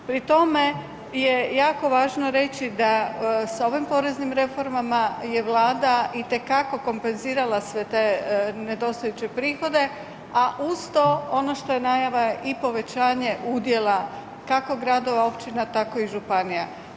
Pri tome je jako važno reći da s ovim poreznim reformama je Vlada itekako kompenzirala sve te nedostajuće prihode, a uz to ono što je najava i povećanje udjela kako gradova, općina, tako i županija.